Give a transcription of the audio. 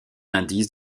indice